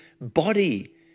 body